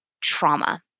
trauma